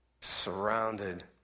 surrounded